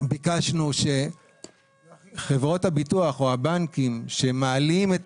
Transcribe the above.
ביקשנו שחברות הביטוח או הבנקים שמעלים את